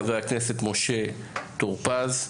חבר הכנסת משה טור פז,